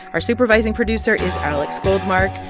our supervising producer is alex goldmark.